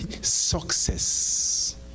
Success